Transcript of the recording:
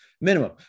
minimum